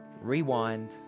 Rewind